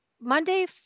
Monday